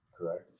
correct